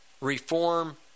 reform